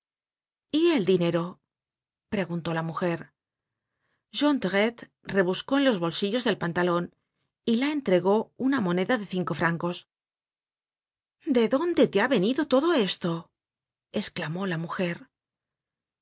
y el dinero preguntó la mujer jondrette rebuscó en los bolsillos del pantalon y la entregó una moneda de cinco francos de dónde te ha venido esto esclamó la mujer